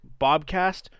Bobcast